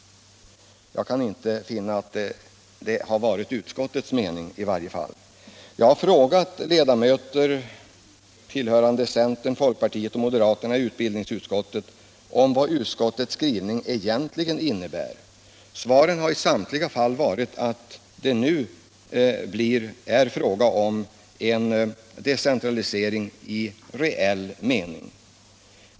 Jag kan inte finna att det varit utskottets mening. Jag har frågat ledamöter i utbildningsutskottet tillhörande centern, folkpartiet och moderaterna om vad utskottets skrivning egentligen innebär. Svaret har i samtliga fall varit att det nu är fråga om en decentralisering i reell mening.